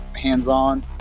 hands-on